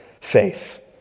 faith